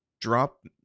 drop